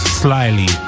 slyly